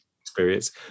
experience